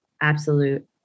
absolute